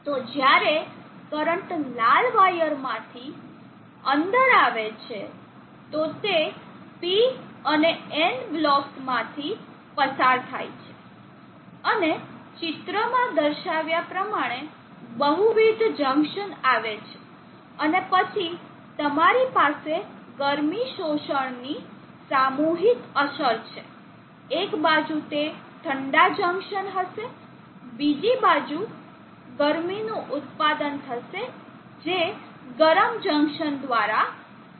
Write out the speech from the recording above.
તો જ્યારે કરંટ લાલ વાયરમાંથી કરંટ અંદર આવે છે તો તે P અને N બ્લોક્સમાંથી પસાર થાય છે અને ચિત્રમાં દર્શાવ્યા પ્રમાણે બહુવિધ જંકશન આવે છે અને પછી તમારી પાસે ગરમી શોષણની સામુહિક અસર છે એક બાજુ તે જંકશન ઠંડા હશે બીજી બાજુ ગરમીનું ઉત્પાદન થશે જે ગરમ જંકશન દ્વારા થશે